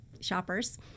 shoppers